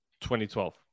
2012